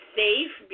safe